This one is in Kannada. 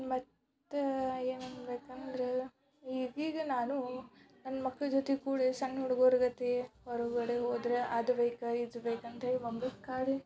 ಮತ್ತು ಏನು ಅನ್ಬೇಕಂದ್ರೆ ಈಗೀಗ ನಾನು ನನ್ನ ಮಕ್ಕಳ ಜೊತೆ ಕೂಡಿ ಸಣ್ಣ ಹುಡುಗರ ಗತೆ ಹೊರಗಡೆ ಹೋದರೆ ಅದು ಬೇಕಾ ಇದು ಬೇಕಾ ಅಂತ ಹೇಳಿ